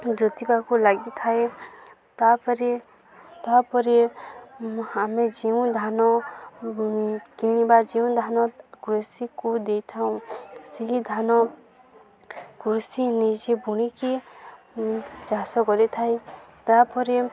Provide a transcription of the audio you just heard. ଜୋତିିବାକୁ ଲାଗିଥାଏ ତାପରେ ତାପରେ ଆମେ ଯେଉଁ ଧାନ କିଣିବା ଯେଉଁ ଧାନ କୃଷିକୁ ଦେଇଥାଉ ସେହି ଧାନ କୃଷି ନିଜେ ବୁଣିକି ଚାଷ କରିଥାଏ ତାପରେ